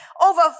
over